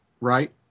right